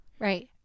Right